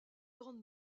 grande